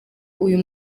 uyu